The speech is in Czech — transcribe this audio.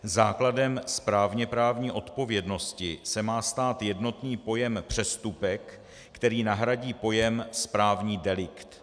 Základem správněprávní odpovědnosti se má stát jednotný pojem přestupek, který nahradí pojem správní delikt.